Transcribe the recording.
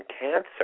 Cancer